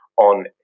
on